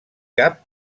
cap